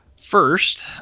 first